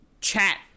chat